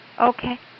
Okay